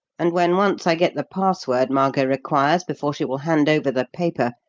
and when once i get the password margot requires before she will hand over the paper,